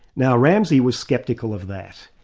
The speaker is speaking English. now ramsey was sceptical of that,